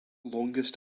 longest